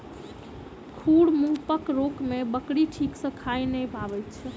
खुर मुँहपक रोग मे बकरी ठीक सॅ खा नै पबैत छै